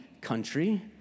country